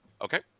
Okay